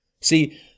See